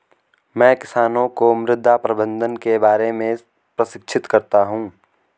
मैं किसानों को मृदा प्रबंधन के बारे में प्रशिक्षित करता हूँ